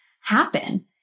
happen